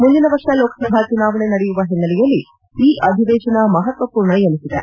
ಮುಂದಿನ ವರ್ಷ ಲೋಕಸಭಾ ಚುನಾವಣೆ ನಡೆಯುವ ಹಿನ್ನೆಲೆಯಲ್ಲಿ ಈ ಅಧಿವೇಶನ ಮಹತ್ವಪೂರ್ಣ ಎನಿಸಿದೆ